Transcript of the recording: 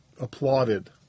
applauded